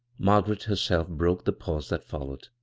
margaret herself broke the pause that followed.